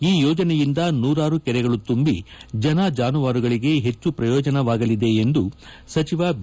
ಈ ಯೋಜನೆಯಿಂದ ನೂರಾರು ಕೆರೆಗಳು ತುಂಬಿ ಜನ ಜಾನುವಾರುಗಳಿಗೆ ಹೆಚ್ಚು ಪ್ರಯೋಜನವಾಗಲಿದೆ ಎಂದು ಸಚಿವ ಬಿ